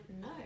no